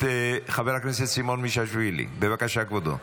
בבקשה, כבודו.